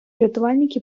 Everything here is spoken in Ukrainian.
рятувальники